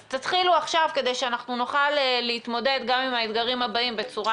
אז תתחילו עכשיו כדי שאנחנו נוכל להתמודד גם עם האתגרים הבאים בצורה